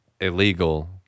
illegal